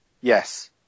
Yes